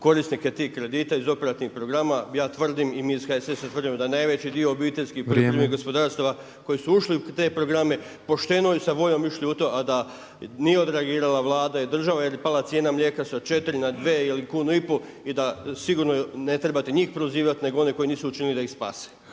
korisnike tih kredita iz operativnih programa. Ja tvrdim i mi iz HSS-a tvrdimo da najveći dio obiteljskih poljoprivrednih gospodarstava koji su ušli u te programe pošteno i sa voljom išli u to a da nije odreagirala Vlada i država, jer je pala cijena mlijeka sa 4 na 2 ili 1,5 kunu i da sigurno ne trebate njih prozivati nego one koji nisu učinili da ih spase.